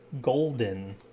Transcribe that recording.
golden